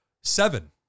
seven